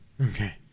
Okay